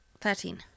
Thirteen